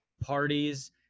parties